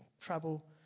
trouble